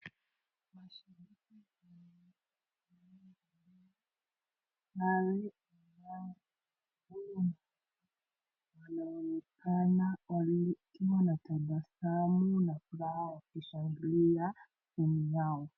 Mashabiki wanaonekana kufurahi wachezaji pia wanaonekana wakitabasamu kwa furaha wakishangilia timu yao.